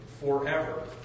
forever